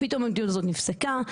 פתאום המדיניות הזאת נפסקה,